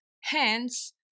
Hence